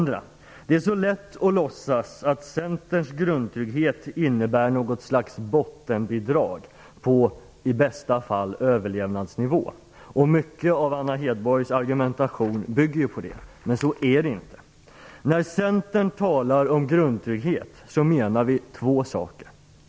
Det är så lätt att låtsas att Centerns grundtrygghet innebär något slags bottenbidrag på i bästa fall överlevnadsnivå. Mycket av Anna Hedborgs argumentation bygger på det, men så är det inte. När Centern talar om grundtrygghet menar vi två saker.